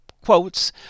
quotes